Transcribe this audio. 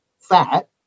fat